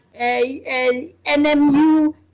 NMU